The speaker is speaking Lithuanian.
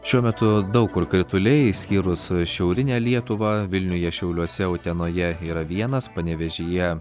šiuo metu daug kur krituliai išskyrus šiaurinę lietuvą vilniuje šiauliuose utenoje yra vienas panevėžyje